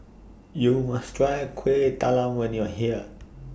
YOU must Try Kueh Talam when YOU Are here